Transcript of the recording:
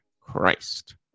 Christ